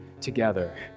together